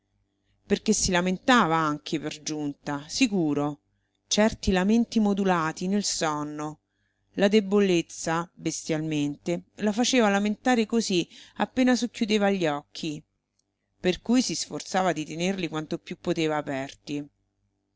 perché si lamentava anche per giunta sicuro certi lamenti modulati nel sonno la debolezza bestialmente la faceva lamentare così appena socchiudeva gli occhi per cui si sforzava di tenerli quanto più poteva aperti